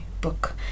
book